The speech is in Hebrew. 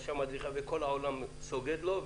רשם אדריכלים אחד וכל העולם סוגד לו.